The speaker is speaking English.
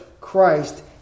Christ